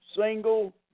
single